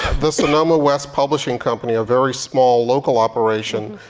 the sonoma west publishing company, a very small local operation,